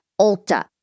Ulta